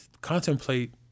contemplate